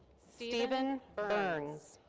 steven burns.